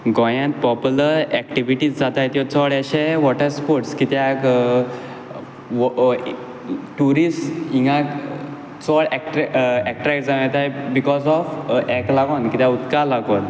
गोंयांत popular activities जाताय त्यो चड अशे वॉटर स्पोर्ट्स कित्याक ट्युरिस्ट हिंगा चोड एट्रैक्ट जावन येताय बिकोझ ऑफ येक लागून कित्या उदका लागून